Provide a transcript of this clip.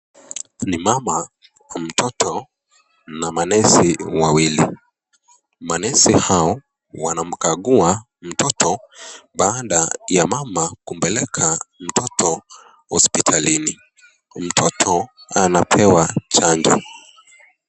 Ni mama na mtoto na manesi wawili, manesi Hawa wanamkakua mtoto baada ya mama kumpeleka mtoto hospitalini, mtoto anapewa chanjo.